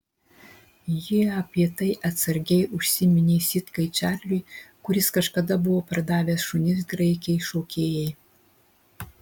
ji apie tai atsargiai užsiminė sitkai čarliui kuris kažkada buvo pardavęs šunis graikei šokėjai